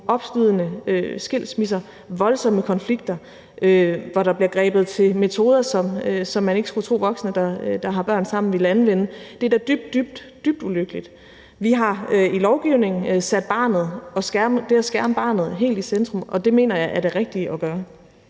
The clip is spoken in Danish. opslidende skilsmisser, voldsomme konflikter, hvor der bliver grebet til metoder, som man ikke skulle tro voksne, der har børn sammen, ville anvende. Det er da dybt, dybt ulykkeligt. Vi har i lovgivningen sat det at skærme barnet helt i centrum, og det mener jeg er det rigtige at gøre.